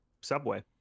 Subway